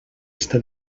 està